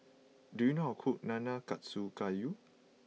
do you know how cook Nanakusa Gayu